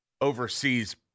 overseas